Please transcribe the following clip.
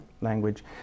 language